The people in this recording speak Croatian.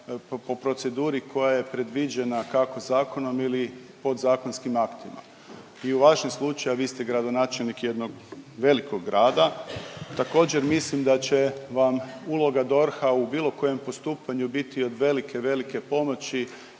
po proceduri koja je predviđena kako zakonom ili podzakonskim aktima. I u vašem slučaju, a vi ste gradonačelnik jednog velikog grada također mislim da će vam uloga DORH-a u bilo kojem postupanju biti od velike, velike pomoći